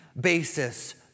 basis